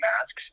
masks